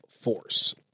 force